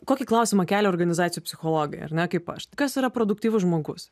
kokį klausimą kelia organizacijų psichologai ar ne kaip aš kas yra produktyvus žmogus